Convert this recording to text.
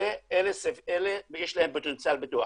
אלה יש להם פוטנציאל פיתוח,